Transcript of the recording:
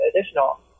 additional